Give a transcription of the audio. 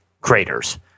craters